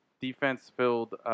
defense-filled